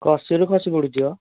କଷିରୁ ଖସି ପଡ଼ୁଛି ବା